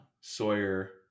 Sawyer